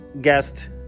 guest